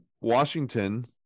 Washington